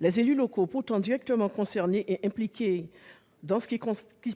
Les élus locaux, pourtant directement concernés et impliqués dans ce qui